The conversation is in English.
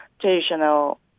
traditional